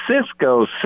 Cisco